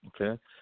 okay